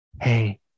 hey